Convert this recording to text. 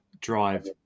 drive